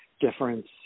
difference